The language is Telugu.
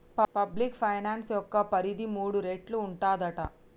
పబ్లిక్ ఫైనాన్స్ యొక్క పరిధి మూడు రేట్లు ఉంటదట